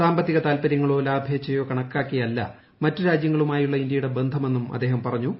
സാമ്പത്തിക്ട് തിൽല്പര്യങ്ങളോ ലാഭേച്ഛയോ കണക്കാക്കിയല്ല മറ്റു ഊജ്യ്ങ്ങളുമായുള്ള ഇന്ത്യയുടെ ബന്ധമെന്നും അദ്ദേഹം പറഞ്ഞു